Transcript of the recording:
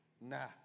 nah